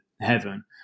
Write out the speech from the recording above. heaven